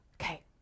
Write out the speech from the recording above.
okay